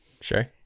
Sure